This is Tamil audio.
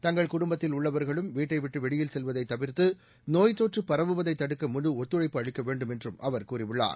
தங்கள் குடும்பத்தில் உள்ளவர்களும் வீட்டைவிட்டு வெளியில் செல்வதை தவிர்த்து நோய்த் தொற்று பரவுவதை தடுக்க முழு ஒத்துழைப்பு அளிக்க வேண்டும் என்று அவர் கூறியுள்ளார்